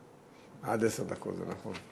עד עשר דקות, זה נכון.